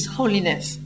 holiness